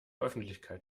öffentlichkeit